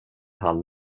han